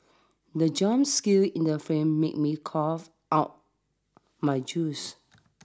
the jump scare in the film made me cough out my juice